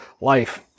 life